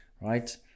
right